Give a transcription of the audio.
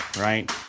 right